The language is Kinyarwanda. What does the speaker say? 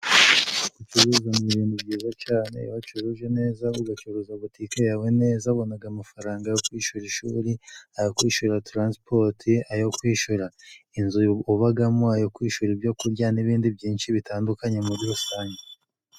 Gucuruza ni ibintu byiza cane. Iyo wacuruje neza ugacuruza butike yawe neza ubonaga amafaranga yo kwishura ishuri, ayo kwishura taransipoti, ayo kwishura inzu ubagamo, ayo kwishura ibyo kurya n'ibindi byinshi bitandukanye muri rusange.